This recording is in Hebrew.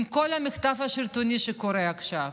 עם כל המחטף השלטוני שקורה עכשיו.